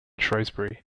shrewsbury